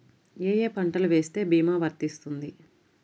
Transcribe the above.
ఏ ఏ పంటలు వేస్తే భీమా వర్తిస్తుంది?